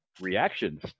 reactions